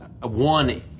one